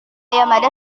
yamada